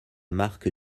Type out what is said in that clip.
marque